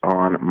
on